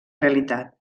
realitat